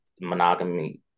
monogamy